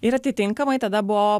ir atitinkamai tada buvo